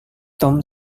tom